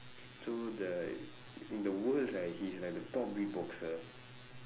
so the in the world right he is like the top beatboxer